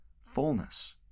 fullness